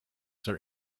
their